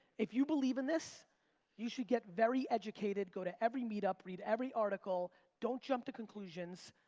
if you believe in this you should get very educated, go to every meetup, read every article, don't jump to conclusions,